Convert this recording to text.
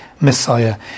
Messiah